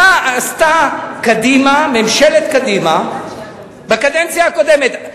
מה עשתה קדימה, ממשלת קדימה, בקדנציה הקודמת.